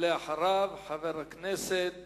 ואחריו, חבר הכנסת